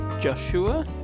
Joshua